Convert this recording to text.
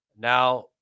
Now